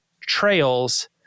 trails